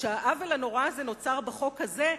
שהעוול הנורא הזה נוצר בחוק הזה?